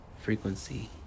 frequency